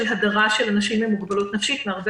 של הדרה של אנשים עם מוגבלות נפשית מהרבה